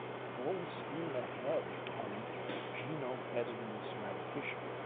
full steam ahead on genome editing in somatic tissue.